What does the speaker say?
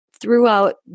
throughout